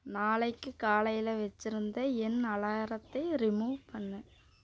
நாளைக்கு காலையில் வெச்சுருந்த என் அலாரத்தை ரிமூவ் பண்ணு